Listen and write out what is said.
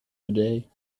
today